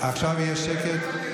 עכשיו יהיה שקט.